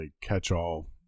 catch-all